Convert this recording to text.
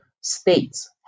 states